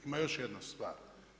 Ima još jedna stvar.